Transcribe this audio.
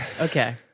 okay